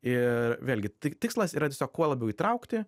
ir vėlgi tik tikslas yra tiesiog kuo labiau įtraukti